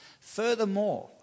Furthermore